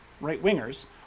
right-wingers